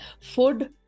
food